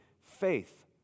faith